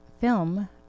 film